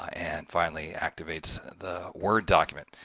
ah and finally activates the word document.